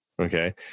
Okay